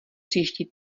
příští